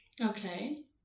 Okay